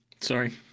Sorry